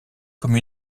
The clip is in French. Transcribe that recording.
comme